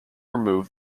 remove